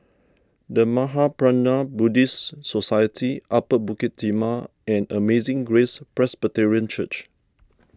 the Mahaprajna Buddhist Society Upper Bukit Timah and Amazing Grace Presbyterian Church